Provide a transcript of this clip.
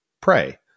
pray